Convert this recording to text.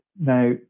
Now